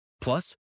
Plus